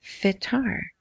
FITAR